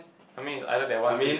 I mean is either that one sib~